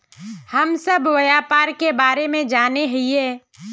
हम सब व्यापार के बारे जाने हिये?